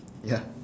ya